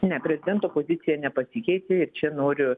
ne prezidento pozicija nepasikeitė ir čia noriu